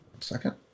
Second